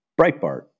Breitbart